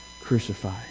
crucified